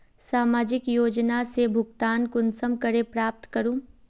सामाजिक योजना से भुगतान कुंसम करे प्राप्त करूम?